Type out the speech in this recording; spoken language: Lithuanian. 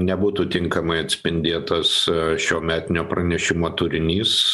nebūtų tinkamai atspindėtas šio metinio pranešimo turinys